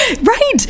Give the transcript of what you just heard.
Right